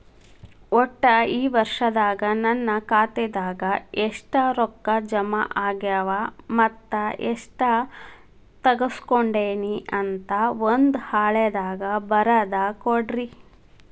ಒಟ್ಟ ಈ ವರ್ಷದಾಗ ನನ್ನ ಖಾತೆದಾಗ ಎಷ್ಟ ರೊಕ್ಕ ಜಮಾ ಆಗ್ಯಾವ ಮತ್ತ ಎಷ್ಟ ತಗಸ್ಕೊಂಡೇನಿ ಅಂತ ಒಂದ್ ಹಾಳ್ಯಾಗ ಬರದ ಕೊಡ್ರಿ